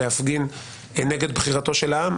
להפגין נגד בחירתו של העם.